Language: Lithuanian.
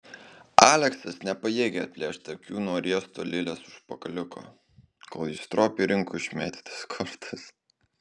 aleksas nepajėgė atplėšti akių nuo riesto lilės užpakaliuko kol ji stropiai rinko išmėtytas kortas